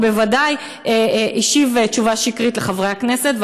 ובוודאי שהשיב תשובה שקרית לחברי הכנסת,